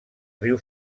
riu